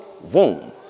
womb